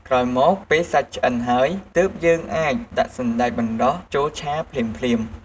ក្រោយមកពេលសាច់ឆ្អិនហើយ ទើបយើងអាចដាក់សណ្ដែកបណ្ដុះចូលឆាភ្លាមៗ។